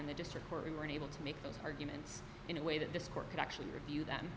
in the district court we were able to make those arguments in a way that this court could actually review them